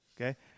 Okay